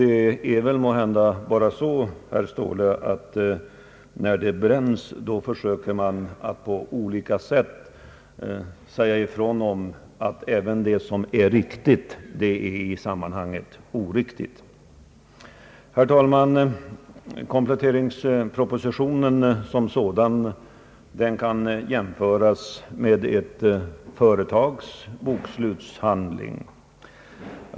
Det är måhända bara så, herr Ståhle, att när det bränns försöker man på olika sätt göra gällande att även det som är riktigt är i sammanhanget oriktigt. Herr talman! Kompletteringspropositionen som sådan kan jämföras med ett företags bokslutshandling.